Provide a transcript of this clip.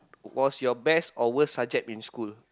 was your best or worst subject in school